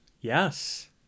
Yes